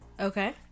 Okay